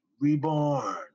reborn